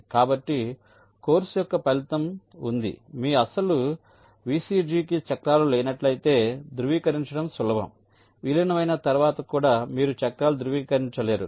కాబట్టి కోర్సు యొక్క ఫలితం ఉంది మీ అసలు VCG కి చక్రాలు లేనట్లయితే ధృవీకరించడం సులభం విలీనం అయిన తర్వాత కూడా మీరు చక్రాలు ధృవీకరించలేరు